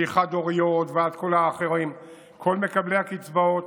מחד-הוריות ועד כל האחרים, כל מקבלי הקצבאות.